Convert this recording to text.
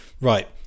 Right